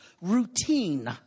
routine